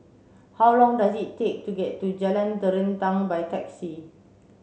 how long does it take to get to Jalan Terentang by taxi